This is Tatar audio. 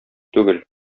түгел